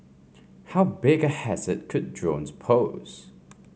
how big hazard could drones pose